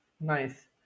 Nice